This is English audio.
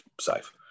safe